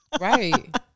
right